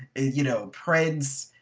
you know prince a.